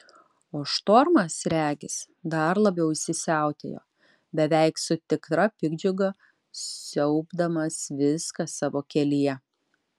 o štormas regis dar labiau įsisiautėjo beveik su tikra piktdžiuga siaubdamas viską savo kelyje